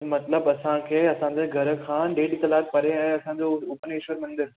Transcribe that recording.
मतिलबु असांखे असांजे घर खां ॾेढ कलाकु परे आहे असांजो उपनेश्वर मंदरु